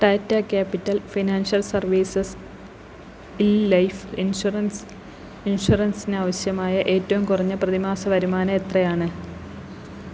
Tata Capital Financial സർവീസസ്ഇൽ life insurance ഇൻഷുറൻസിന് ആവശ്യമായ ഏറ്റവും കുറഞ്ഞ പ്രതിമാസ വരുമാനം എത്രയാണ്